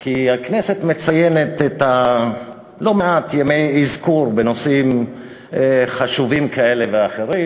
כי הכנסת מציינת לא מעט ימי אזכור בנושאים חשובים כאלה ואחרים,